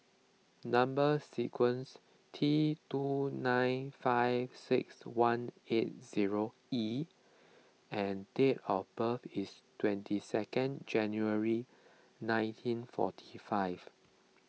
Number Sequence T two nine five six one eight zero E and date of birth is twenty second January nineteen forty five